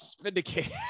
vindicate